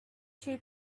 two